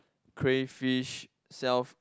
crayfish self